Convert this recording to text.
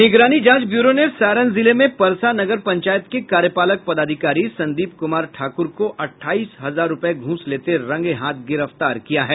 निगरानी जांच ब्यूरो ने सारण जिले में परसा नगर पंचायत के कार्यपालक पदाधिकारी संदीप कुमार ठाकुर को अठाईस हजार रूपये घूस लेते रंगेहाथ गिरफ्तार किया है